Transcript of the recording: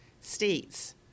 states